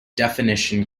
definition